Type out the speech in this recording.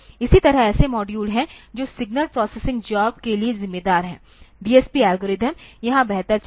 इसी तरह ऐसे मॉड्यूल हैं जो सिग्नल प्रोसेसिंग जॉब के लिए जिम्मेदार हैं DSP एल्गोरिदम यहां बेहतर चलेगा